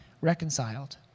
reconciled